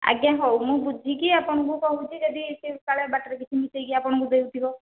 ଆଜ୍ଞା ହଉ ମୁଁ ବୁଝିକି ଆପଣଙ୍କୁ କହୁଛି ଯଦି ସେ କାଳେ ବାଟରେ କିଛି ମିଶାଇକି ଆପଣଙ୍କୁ ଦେଉଥିବ